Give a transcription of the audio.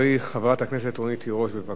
חברת הכנסת רונית תירוש, בבקשה.